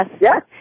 Yes